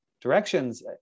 directions